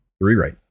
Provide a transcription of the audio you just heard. rewrite